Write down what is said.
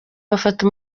bafata